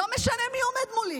לא משנה מי עומד מולי,